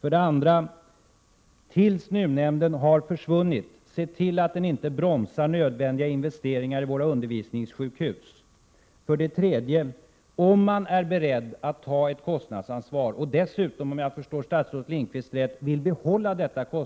För det andra bör man se till att NUU-nämnden, fram till dess att den försvinner, inte bromsar nödvändiga investeringar i våra undervisningssjukhus. För det tredje: Om man är beredd att ta ett kostnadsansvar och dessutom — om jag förstår statsrådet Lindqvist rätt — vill behålla detta, bör